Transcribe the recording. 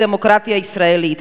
בדמוקרטיה הישראלית.